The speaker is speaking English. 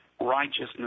righteousness